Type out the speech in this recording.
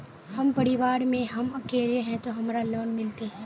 हम परिवार में हम अकेले है ते हमरा लोन मिलते?